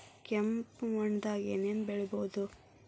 ಕೆಂಪು ಮಣ್ಣದಾಗ ಏನ್ ಏನ್ ಬೆಳಿಬೊದು?